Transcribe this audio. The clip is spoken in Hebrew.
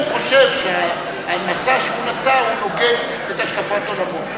הוא חושב שהמשא שהוא נשא נוגד את השקפת עולמו.